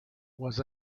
was